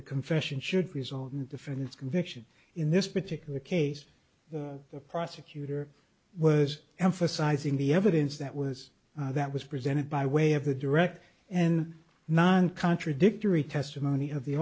the confession should result in difference conviction in this particular case the prosecutor was emphasizing the evidence that was that was presented by way of the direct and non contradictory testimony of the